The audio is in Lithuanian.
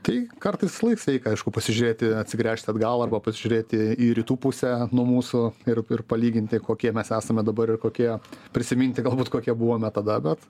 tai kartais visąlaik sveika aišku pasižiūrėti atsigręžti atgal arba pasižiūrėti į rytų pusę nuo mūsų ir ir palyginti kokie mes esame dabar ir kokie prisiminti galbūt kokie buvome tada bet